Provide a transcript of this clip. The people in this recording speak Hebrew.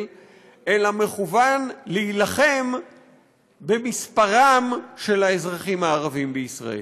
אלא מכוון להילחם במספרם של האזרחים הערבים בישראל.